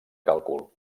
càlcul